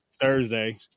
Thursday